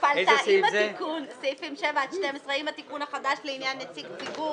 התקפלת עם התיקון החדש לעניין נציג ציבור.